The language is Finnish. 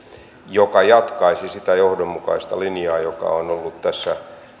joka jatkaisi sitä johdonmukaista linjaa joka on ollut tässä